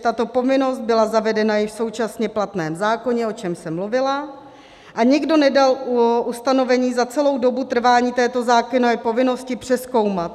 Tato povinnost byla zavedena již v současně platném zákoně, o čemž jsem mluvila, a nikdo nedal ustanovení za celou dobu trvání této zákonné povinnosti přezkoumat.